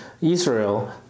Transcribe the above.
Israel